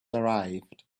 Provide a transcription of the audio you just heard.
arrived